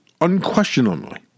unquestionably